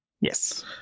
Yes